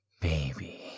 baby